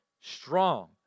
strong